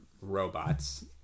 robots